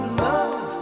love